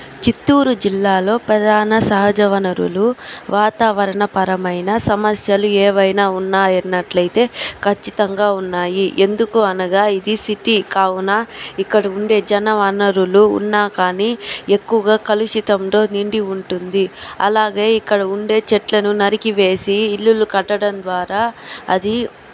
చిత్తూరు జిల్లాలో ప్రధాన సహజ వనరులు వాతావరణపరమైన సమస్యలు ఏవైనా ఉన్నాయి అన్నట్లయితే ఖచ్చితంగా ఉన్నాయి ఎందుకు అనగా ఇది సిటీ కావున ఇక్కడ ఉండే జనవనరులు ఉన్నా కానీ ఇవి ఎక్కువగా కలుషితంతో నిండి ఉంటుంది అలాగే ఇక్కడ ఉండే చెట్లను నరికివేసి ఇళ్ళు కట్టడం ద్వారా అది